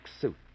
suit